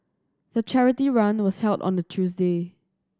the charity run was held on a Tuesday